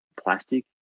plastic